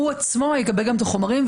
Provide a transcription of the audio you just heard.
הוא עצמו יקבל את החומרים,